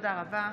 תודה רבה.